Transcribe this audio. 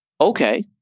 Okay